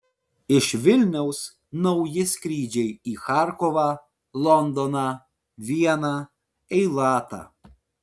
iš vilniaus nauji skrydžiai į charkovą londoną vieną eilatą